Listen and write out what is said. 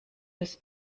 des